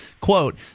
Quote